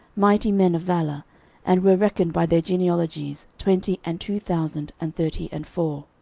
mighty men of valour and were reckoned by their genealogies twenty and two thousand and thirty and four.